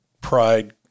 pride